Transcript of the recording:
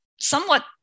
somewhat